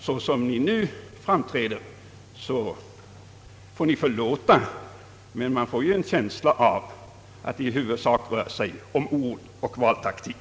Såsom ni nu framträder får ni förlåta, om man har en känsla av att vad som sägs är bara ord och valtaktik.